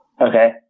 Okay